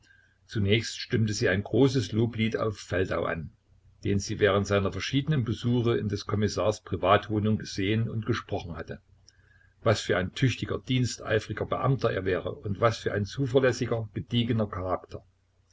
zunächst stimmte sie ein großes loblied auf feldau an den sie während seiner verschiedenen besuche in des kommissars privatwohnung gesehen und gesprochen hatte was für ein tüchtiger diensteifriger beamter er wäre und was für ein zuverlässiger gediegener charakter